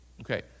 Okay